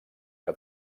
que